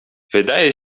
wydaje